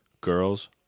girls